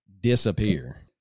disappear